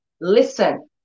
Listen